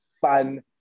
fun